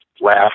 laugh